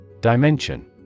Dimension